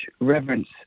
reverence